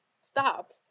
stop